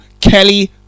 Kelly